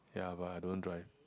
ya but I don't drive